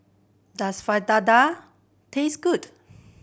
does Fritada taste good